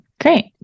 Great